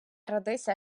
родися